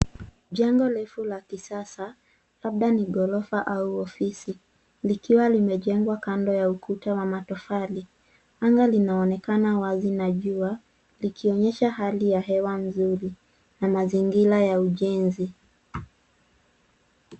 Jengo refu la kisasa labda ni ghorofa au ofisi likiwa limejengwa kando ya ukuta wa matofali. Anga linaonekana wazi na jua likionyesha hali ya hewa nzuri na mazingira ya ujenzi.